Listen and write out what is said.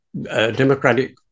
democratic